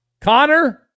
Connor